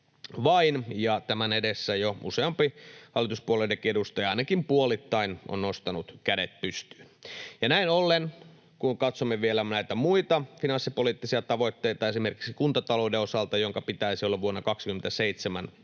tämän edessä jo useampi hallituspuolueidenkin edustaja ainakin puolittain on nostanut kädet pystyyn. Näin ollen kun katsomme vielä näitä muita finanssipoliittisia tavoitteita esimerkiksi kuntatalouden osalta, jonka pitäisi olla vuonna 27